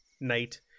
night